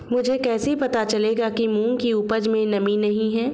मुझे कैसे पता चलेगा कि मूंग की उपज में नमी नहीं है?